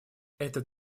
этот